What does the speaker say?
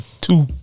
two